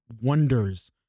wonders